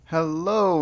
Hello